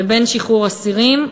לבין שחרור אסירים,